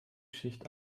schicht